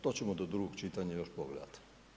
To ćemo do drugog čitanja još pogledati.